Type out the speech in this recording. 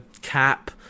cap